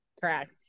Correct